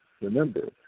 Remember